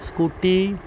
scooty